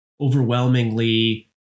overwhelmingly